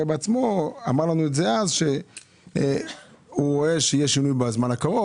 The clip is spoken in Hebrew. בעצמו אמר לנו אז שהוא רואה שיהיה שינוי בזמן הקרוב,